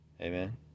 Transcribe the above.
amen